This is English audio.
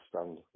stand